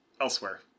elsewhere